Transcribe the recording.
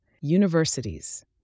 Universities